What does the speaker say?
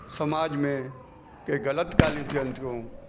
समाज में के ग़लति ॻाल्हियूं थियनि थियूं